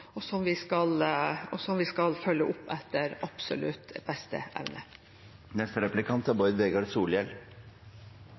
og som vi skal følge opp etter absolutt beste evne.